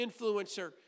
influencer